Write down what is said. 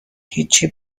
هیچی